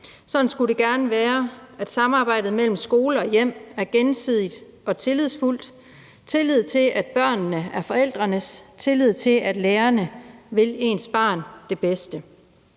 Sådan skulle det gerne være, altså at samarbejdet mellem skole og hjem er gensidigt og tillidsfuld, at der er tillid til forældrene i forhold til børnene og tillid til, at lærerne vil ens barn det bedste.